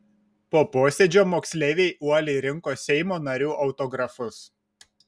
po posėdžio moksleiviai uoliai rinko seimo narių autografus